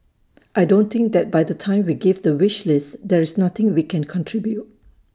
I don't think that by the time we give the wish list there is nothing we can contribute